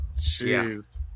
Jeez